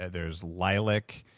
there's lilac,